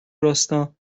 راستا